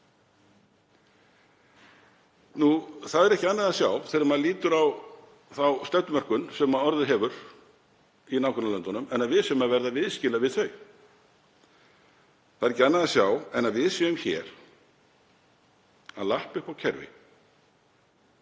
Ekki er annað að sjá, þegar maður lítur á þá stefnumörkun sem orðið hefur í nágrannalöndunum, en að við séum að verða viðskila við þau. Það er ekki annað að sjá en að við séum hér að lappa upp á kerfi